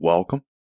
Welcome